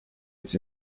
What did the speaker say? its